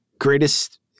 Greatest